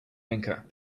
anchor